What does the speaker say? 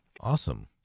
Awesome